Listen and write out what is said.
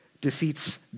defeats